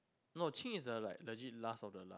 no Ching is the like legit last of the lord